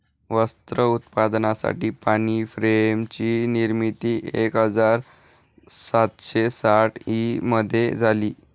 वस्त्र उत्पादनासाठी पाणी फ्रेम ची निर्मिती एक हजार सातशे साठ ई मध्ये झाली